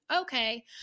okay